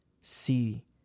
see